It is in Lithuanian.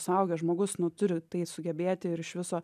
suaugęs žmogus nu turi tai sugebėti ir iš viso